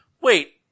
Wait